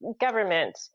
government